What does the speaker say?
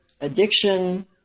addiction